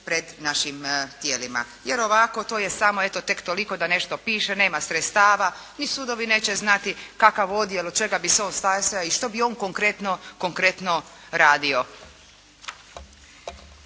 pred našim tijelima. Jer ovako to je samo eto tek toliko da nešto piše. Nema sredstava. Ni sudovi neće znati kakav odjel, od čega bi se on sastojao i što bi on konkretno radio?